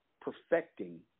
Perfecting